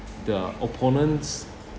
the opponent's